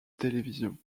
télévision